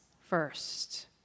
first